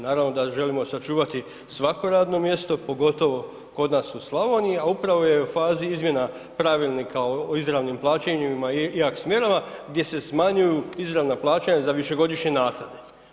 Naravno da želimo sačuvati svako radno mjesto, pogotovo kod nas u Slavoniji, a upravo je u fazi izmjena pravilnika o izravnim plaćanjima i …/nerazumljivo/… smjenama gdje se smanjuju izravna plaćanja za višegodišnje nasade.